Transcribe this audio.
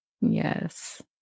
Yes